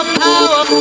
power